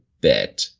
bet